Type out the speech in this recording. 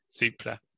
Supla